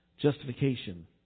Justification